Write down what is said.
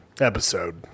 episode